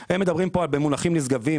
הם מדברים כאן במונחים נשגבים.